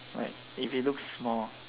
like it it looks small